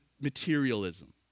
materialism